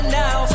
now